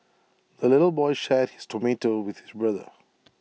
the little boy shared his tomato with his brother